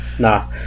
Nah